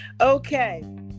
Okay